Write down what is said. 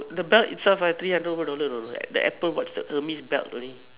the belt itself right three hundred over dollar you know the apple watch Hermes belt only